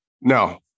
No